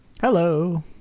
Hello